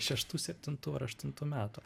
šeštų septintų ar aštuntų metų